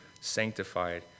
sanctified